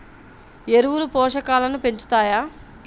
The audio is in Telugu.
ఎరువులు పోషకాలను పెంచుతాయా?